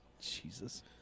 Jesus